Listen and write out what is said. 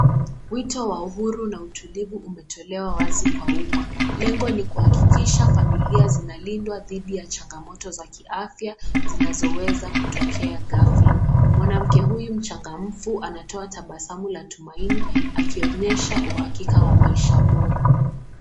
Wito wa uhuru na utulivu umetolewa wazi kwa uma, lengo ni kuhakikisha familia zinalindwa dhidhi ya changamoto za kiafya zinazoweza kutokea ghafla. Mwanamke huyu mchangamfu anatoa tabasamu la tumaini akionyesha uhakika wa maisha bora.